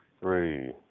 three